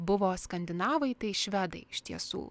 buvo skandinavai tai švedai iš tiesų